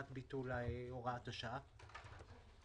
הקדמת ביטול הוראת השעה?